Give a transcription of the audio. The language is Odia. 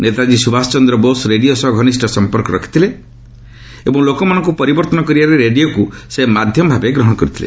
ନେତାଜ୍ଞୀ ସୁଭାଷ ଚନ୍ଦ୍ର ବୋଷ ରେଡ଼ିଓ ସହ ଘନିଷ୍ଠ ସମ୍ପର୍କ ରଖିଥିଲେ ଏବଂ ଲୋକମାନଙ୍କୁ ପରିବର୍ତ୍ତନ କରିବାରେ ରେଡ଼ିଓକୁ ସେ ମାଧ୍ୟମ ଭାବେ ଗ୍ରହଣ କରିଥିଲେ